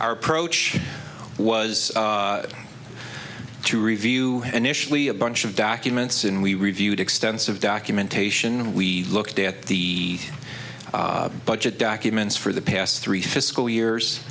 our approach was to review initially a bunch of documents and we reviewed extensive documentation and we looked at the budget documents for the past three fiscal years